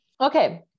Okay